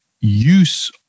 Use